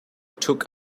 took